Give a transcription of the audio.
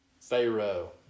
Pharaoh